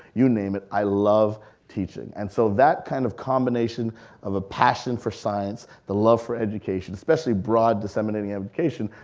you name it, i love teaching. and so that kind of combination of a passion for science, the love for education, especially broad disseminating education,